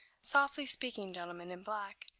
softly speaking gentleman in black,